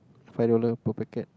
five dollar two packet